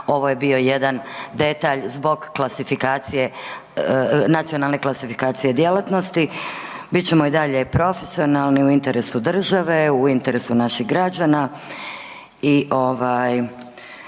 Ovo je bio jedan detalj zbog nacionalne klasifikacije djelatnosti, bit ćemo i dalje profesionalni u interesu države u interesu naših građana.